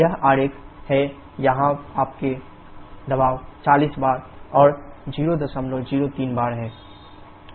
यह आरेख है यहां आपके दबाव 40 बार और 003 बार हैं